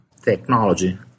technology